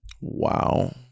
wow